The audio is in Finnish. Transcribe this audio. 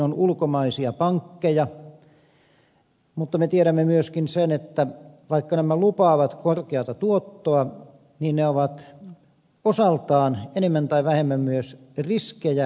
on ulkomaisia pankkeja mutta me tiedämme myöskin sen että vaikka nämä lupaavat korkeata tuottoa ne ovat osaltaan enemmän tai vähemmän myös riskejä täynnä